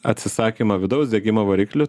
atsisakymą vidaus degimo variklių